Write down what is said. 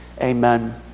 Amen